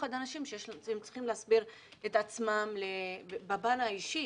ובמיוחד עם אנשים שצריכים להסביר את עצמם בפן האישי,